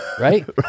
Right